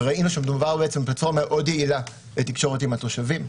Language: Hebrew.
וראינו שמדובר בפלטפורמה מאוד יעילה לתקשורת עם התושבים.